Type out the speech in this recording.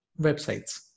websites